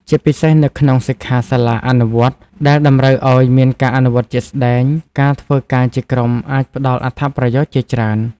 ជាពិសេសនៅក្នុង សិក្ខាសាលាអនុវត្តន៍ ដែលតម្រូវឲ្យមានការអនុវត្តជាក់ស្ដែង ការធ្វើការជាក្រុមអាចផ្តល់អត្ថប្រយោជន៍ជាច្រើន។